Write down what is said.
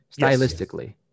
stylistically